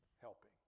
helping